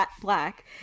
black